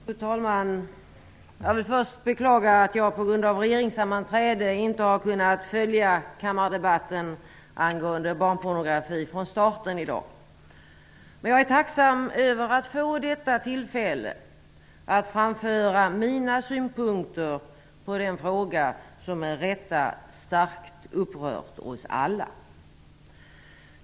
Fru talman! Jag vill först beklaga att jag på grund av regeringssammanträde inte från starten har kunnat följa kammardebatten i dag angående barnpornografi. Jag är mycket tacksam för att få detta tillfälle att framföra mina synpunkter på den fråga som med rätta starkt upprört oss alla.